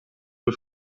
für